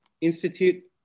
Institute